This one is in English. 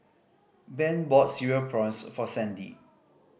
Ben bought Cereal Prawns for Sandie